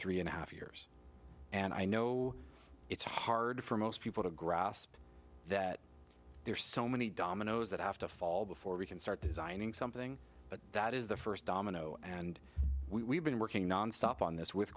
three and a half years and i know it's hard for most people to grasp that there are so many dominoes that have to fall before we can start designing something that is the first domino and we've been working nonstop on this with